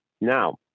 Now